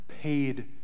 paid